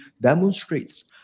demonstrates